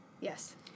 Yes